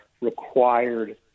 required